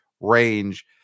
range